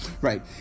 Right